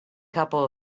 couple